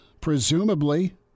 presumably